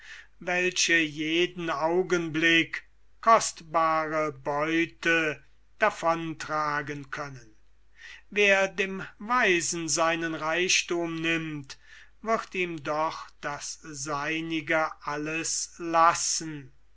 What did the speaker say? welche jeden augenblick kostbare beute davontragen können wer dem weisen seinen reichthum nimmt wird ihm doch das seinige alles lassen